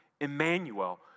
Emmanuel